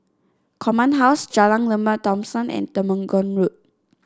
Command House Jalan Lembah Thomson and Temenggong Road